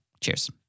Cheers